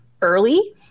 early